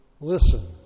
Listen